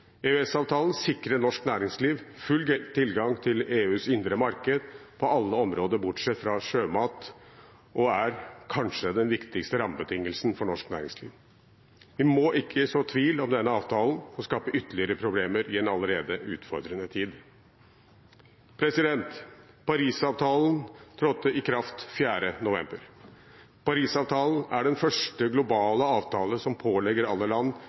sikrer norsk næringsliv full tilgang til EUs indre marked på alle områder bortsett fra sjømat, og er kanskje den viktigste rammebetingelsen for norsk næringsliv. Vi må ikke så tvil om denne avtalen og skape ytterligere problemer i en allerede utfordrende tid. Paris-avtalen trådte i kraft 4. november. Paris-avtalen er den første globale avtale som pålegger alle land